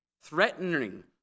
threatening